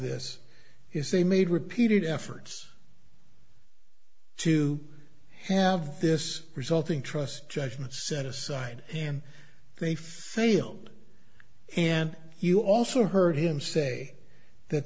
this is they made repeated efforts to have this resulting trust judgement set aside and they failed and you also heard him say that